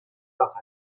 موفق